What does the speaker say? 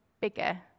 bigger